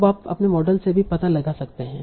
अब आप अपने मॉडल से भी पता लगा सकते हैं